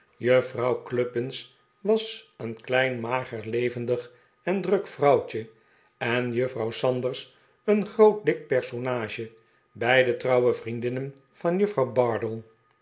juffrouw cluppins was een klein mager levendig en druk vrouwtje en juffrouw sanders een groot dik personage beide trouwe vriendinnen van juffrouw bardell